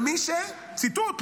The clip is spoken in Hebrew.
ציטוט,